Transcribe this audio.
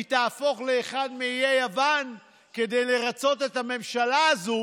והיא תהפוך לאחד מאיי יוון כדי לרצות את הממשלה הזאת